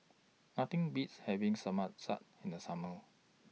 Nothing Beats having in The Summer